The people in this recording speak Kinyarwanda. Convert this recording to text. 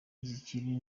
zikiri